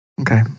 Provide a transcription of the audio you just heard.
Okay